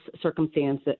circumstance